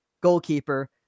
goalkeeper